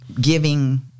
giving